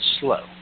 slow